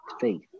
faith